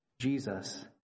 Jesus